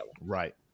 right